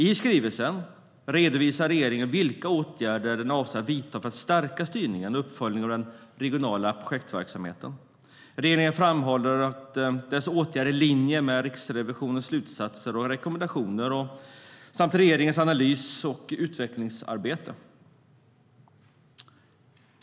I skrivelsen redovisar regeringen vilka åtgärder den avser att vidta för att stärka styrningen och uppföljningen av den regionala projektverksamheten. Regeringen framhåller att dess åtgärder är i linje med Riksrevisionens slutsatser och rekommendationer samt regeringens analys och utvecklingsarbete.